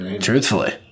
Truthfully